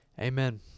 Amen